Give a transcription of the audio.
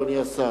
אדוני השר,